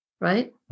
right